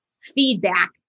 feedback